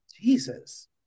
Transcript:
Jesus